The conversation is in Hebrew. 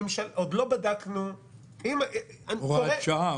עוד לא בדקנו --- הוראת שעה.